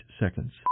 seconds